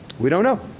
we don't know.